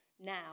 now